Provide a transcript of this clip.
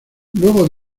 luego